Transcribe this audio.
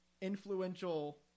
Influential